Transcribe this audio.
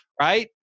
right